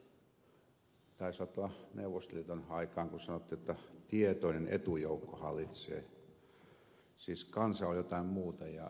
joskus taisi olla neuvostoliiton aikaan kun sanottiin jotta tietoinen etujoukko hallitsee siis kansa oli jotain muuta